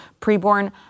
preborn